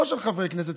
לא של חברי כנסת,